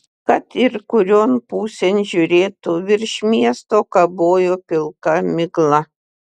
kad ir kurion pusėn žiūrėtų virš miesto kabojo pilka migla